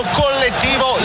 collettivo